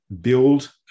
build